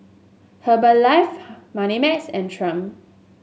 Herbalife Moneymax and Triumph